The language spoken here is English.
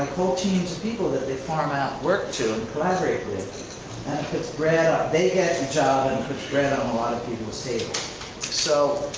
whole teams of people that they farm out work to collaborate with. and it puts bread on, they get the job, and it puts bread on a lot of people's tables. so,